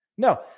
No